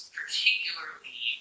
particularly